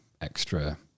extra